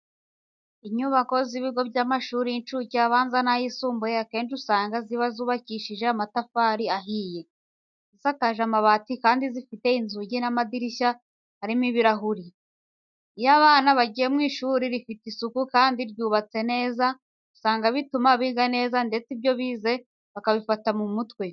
Inyubako z'ibigo by'amashuri y'incuke, abanza n'ayisumbuye akenshi usanga ziba zubakishije amatafari ahiye, zisakaje amabati kandi zifite inzugi n'amadirishya arimo ibirahure. Iyo abana bigiye mu ishuri rifite isuku kandi ryubatse neza, usanga bituma biga neza ndetse ibyo bize bakabifata mu mutwe.